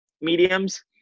mediums